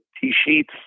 T-sheets